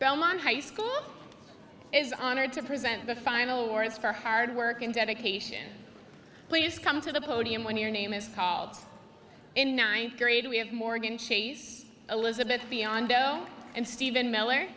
belmont high school is honored to present the final words for hard work and dedication please come to the podium when your name is caught in ninth grade we have morgan chase elizabeth beyond zero and stephen miller